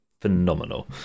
phenomenal